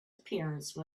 appearance